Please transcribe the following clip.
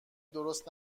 درست